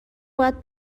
باید